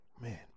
Man